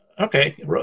Okay